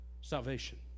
salvation